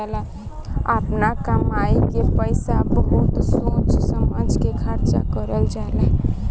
आपना कमाई के पईसा बहुत सोच समझ के खर्चा करल जाला